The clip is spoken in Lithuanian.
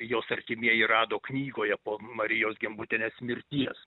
jos artimieji rado knygoje po marijos gimbutienės mirties